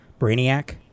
Brainiac